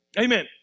Amen